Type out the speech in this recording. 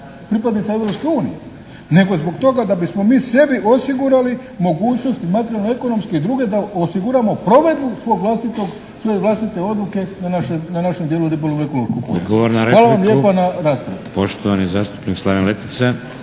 unije nego zbog toga da bismo mi sebi osigurali mogućnost i materijalno ekonomske i druge da osiguramo provedbu svoje vlastite odluke na našem dijelu Republike Hrvatske. Hvala vam lijepa na raspravi.